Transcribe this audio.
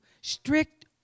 strict